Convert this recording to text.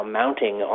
mounting